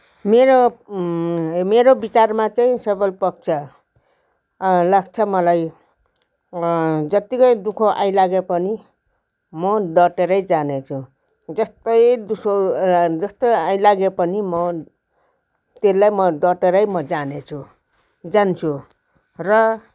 मेरो मेरो विचारमा चाहिँ सबल पक्ष लाग्छ मलाई जतिकै दु ख आइलागे पनि म डटेरै जानेछु जस्तै दुसो जस्तै आइलागे पनि म त्यसलाई म डटेरै म जानेछु जान्छु र